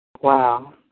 Wow